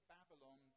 Babylon